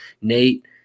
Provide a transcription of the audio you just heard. Nate